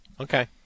Okay